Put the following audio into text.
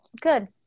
good